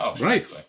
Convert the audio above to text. Right